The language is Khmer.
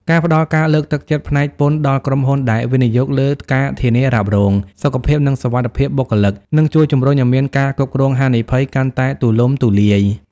ការផ្ដល់ការលើកទឹកចិត្តផ្នែកពន្ធដល់ក្រុមហ៊ុនដែលវិនិយោគលើ ការធានារ៉ាប់រង សុខភាព និងសុវត្ថិភាពបុគ្គលិក នឹងជួយជម្រុញឱ្យមាន ការគ្រប់គ្រងហានិភ័យ កាន់តែទូលំទូលាយ។